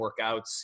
workouts